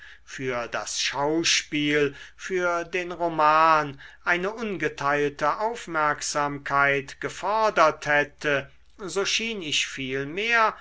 für das schauspiel für den roman eine ungeteilte aufmerksamkeit gefordert hätte so schien ich